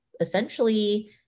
essentially